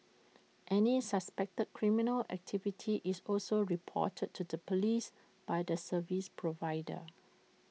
any suspected criminal activity is also reported to the Police by the service provider